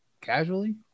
casually